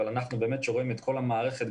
אבל אנחנו רואים את כל המערכת.